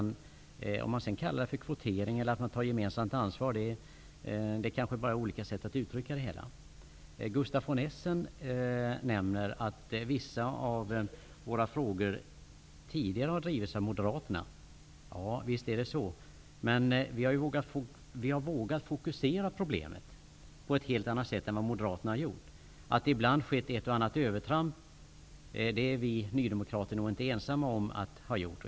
Om man sedan skall kalla detta för kvotering eller för gemensamt ansvar är bara olika sätt att uttrycka saken. Gustaf von Essen nämnde att vissa av Ny demokratis frågor tidigare har drivits av Moderaterna. Visst är det så, men vi har vågat fokusera problemet på ett helt annat sätt än vad Moderaterna har gjort. Ibland har det väl skett ett eller annat övertramp, men det är nog inte vi nydemokrater ensamma om att ha gjort.